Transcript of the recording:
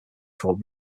called